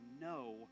no